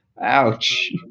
Ouch